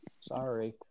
Sorry